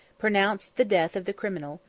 pronounced the death of the criminal,